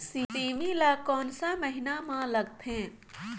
सेमी ला कोन सा महीन मां लगथे?